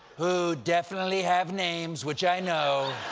who definitely have names, which i know,